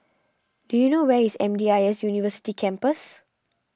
do you know where is M D I S University Campus